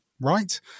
right